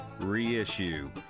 reissue